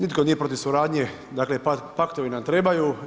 Nitko nije protiv suradnje, dakle, paktovi nam trebaju.